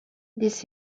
this